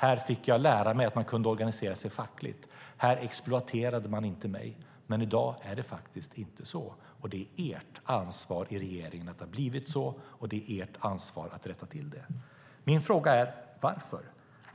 Här fick jag lära mig att man kan organisera sig fackligt. Här exploaterar man inte mig. I dag är det inte så. Det är regeringens ansvar att det har blivit så, och det är regeringens ansvar att rätta till det.